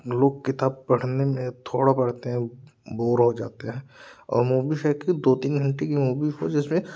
लोग किताब पढ़ने में थोड़ा पढ़ते हैं बोर हो जाते हैं और मूवी हैं कि दो तीन घंटे की मूवी हो जिसमें